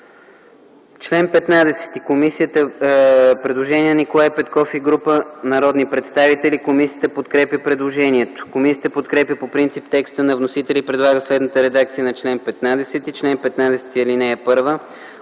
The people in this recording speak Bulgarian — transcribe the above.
чл. 15 има предложение на Николай Петков и група народни представители. Комисията подкрепя предложението. Комисията подкрепя по принцип текста на вносителя и предлага следната редакция на чл. 15: „Чл. 15. (1) Обектите